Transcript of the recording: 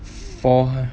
four